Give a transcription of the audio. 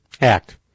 act